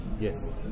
Yes